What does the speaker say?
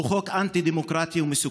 הוא חוק אנטי-דמוקרטי ומסוכן,